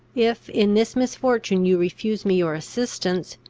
if in this misfortune you refuse me your assistance,